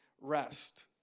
rest